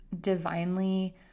divinely